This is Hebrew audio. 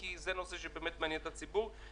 כי זה נושא שבאמת מעניין את הציבור.